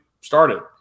started